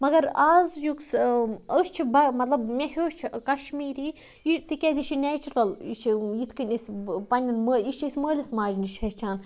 مگر اَز یُس أسۍ چھِ بہ مطلب مےٚ ہیوٚچھ کشمیٖری یہِ تِکیٛازِ یہِ چھِ نیچرَل یہِ چھِ یِتھ کَنۍ أسۍ بہٕ پنٛنٮ۪ن مٲ یہِ چھِ أسۍ مٲلِس ماجہِ نِش ہیٚچھان